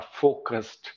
focused